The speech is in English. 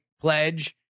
pledge